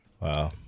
Wow